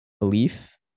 belief